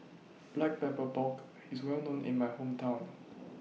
Black Pepper Pork IS Well known in My Hometown